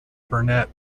brunette